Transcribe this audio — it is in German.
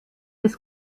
des